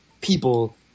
people